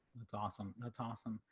that's awesome. that's awesome.